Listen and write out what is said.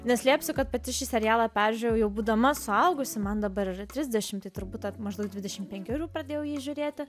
neslėpsiu kad pati šį serialą peržiūrėjo jau būdama suaugusi man dabar yra trisdešimt turbūt tad maždaug dvidešim penkerių pradėjau jį žiūrėti